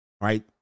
right